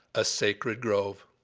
a sacred grove.